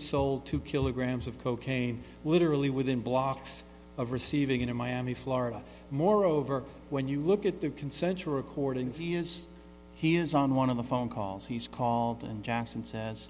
sold two kilograms of cocaine literally within blocks of receiving in miami florida moreover when you look at the consensual recordings he is he is on one of the phone calls he's called and jackson says